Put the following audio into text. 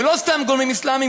ולא סתם גורמים אסלאמיים,